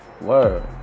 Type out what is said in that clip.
Word